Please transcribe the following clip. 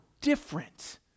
different